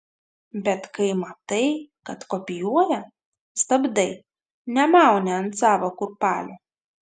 bet kai matai kad kopijuoja stabdai nemauni ant savo kurpalio